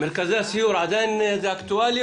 ברור לכולם שיש עוד הרבה מה לעשות,